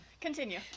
Continue